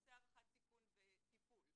שעושה הערכת סיכון וטיפול,